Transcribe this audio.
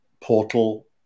portal